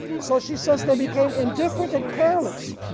so she says they became indifferent and careless,